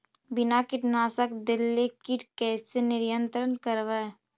बिना कीटनाशक देले किट कैसे नियंत्रन करबै?